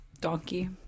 donkey